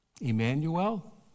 Emmanuel